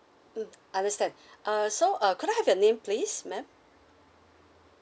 mm understand uh so uh could I have your name please ma'am